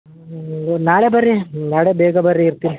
ಹ್ಞೂ ನಾಳೆ ಬರ್ರಿ ನಾಳೆ ಬೇಗ ಬರ್ರಿ ಇರ್ತಿನಿ